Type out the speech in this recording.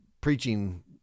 preaching